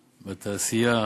בתעשייה.